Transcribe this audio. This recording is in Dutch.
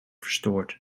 verstoord